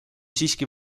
siiski